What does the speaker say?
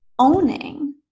Owning